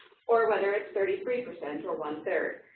or whether it's thirty three percent or one-third.